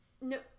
no